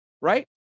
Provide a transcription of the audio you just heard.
right